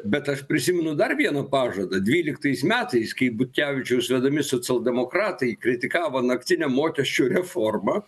bet aš prisimenu dar vieną pažadą dvyliktais metais kai butkevičiaus vedami socialdemokratai kritikavo naktinę mokesčių reformą